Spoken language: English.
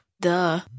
duh